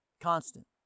Constant